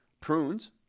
prunes